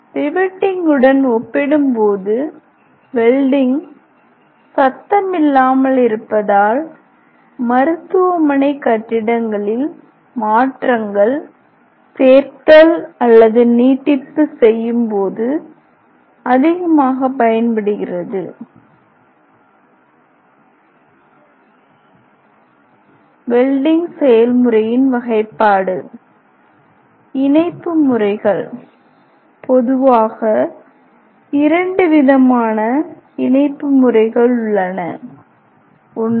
riveting உடன் ஒப்பிடும்போது welding சத்தமில்லாமல் இருப்பதால் மருத்துவமனை கட்டிடங்களில் மாற்றங்கள் சேர்த்தல் அல்லது நீட்டிப்பு செய்யும் போது அதிகமாகப் பயன்படுகிறது வெல்டிங் செயல்முறையின் வகைப்பாடு இணைப்பு முறைகள் பொதுவாக இரண்டு விதமான இணைப்பு முறைகள் உள்ளன 1